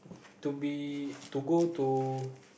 to be to go to